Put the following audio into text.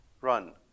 run